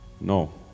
no